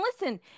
listen